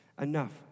enough